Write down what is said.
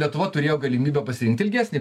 lietuva turėjo galimybę pasirinkt ilgesnį